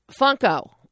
Funko